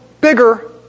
bigger